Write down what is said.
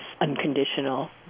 unconditional